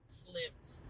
slipped